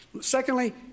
Secondly